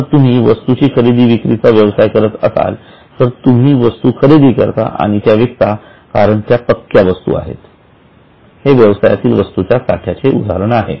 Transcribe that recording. जर तुम्ही वस्तूच्या खरेदी विक्रीचा व्यवसाय करत असाल तर तुम्ही वस्तू खरेदी करता आणि त्या विकता कारण की त्या पक्क्या वस्तू आहेत हे व्यवसायातील वस्तूच्या साठ्याचे उदाहरण आहे